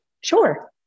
Sure